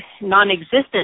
non-existent